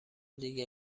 دیگه